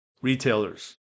retailers